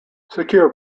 secure